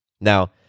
Now